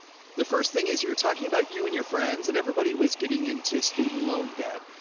the first thing is you're talking about you and your friends and everybody was getting into student loan debt.